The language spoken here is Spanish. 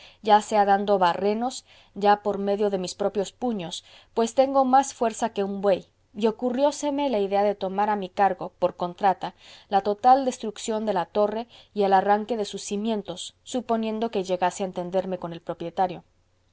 ya sea dando barrenos ya por medio de mis propios puños pues tengo más fuerza que un buey y ocurrióseme la idea de tomar a mi cargo por contrata la total destrucción de la torre y el arranque de sus cimientos suponiendo que llegase a entenderme con el propietario